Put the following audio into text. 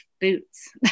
boots